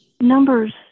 numbers